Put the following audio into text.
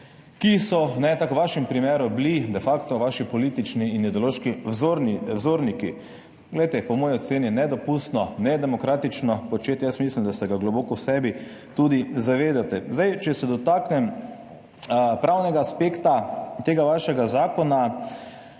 ki so, tako kot v vašem primeru, bili de facto vaši politični in ideološki vzorniki. Po moji oceni nedopustno, nedemokratično početje. Mislim, da se ga globoko v sebi tudi zavedate. Če se dotaknem pravnega aspekta tega vašega zakona.